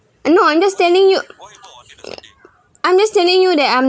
I no understanding you understanding you that I'm